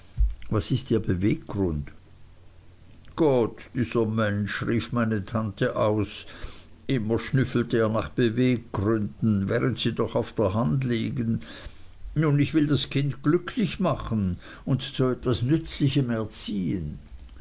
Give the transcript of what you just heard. was ist ihr beweggrund gott dieser mensch rief meine tante aus immer schnüffelt er nach beweggründen während sie doch auf der hand liegen nun ich will das kind glücklich machen und zu etwas nützlichem erziehen